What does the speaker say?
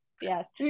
yes